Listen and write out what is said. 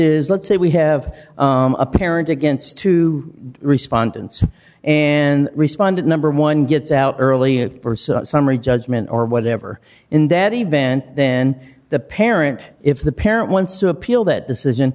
is let's say we have a parent against to respond and respond at number one gets out early for summary judgment or whatever in that event then the parent if the parent wants to appeal that decision